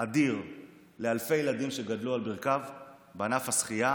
אדיר לאלפי ילדים שגדלו על ברכיו בענף השחייה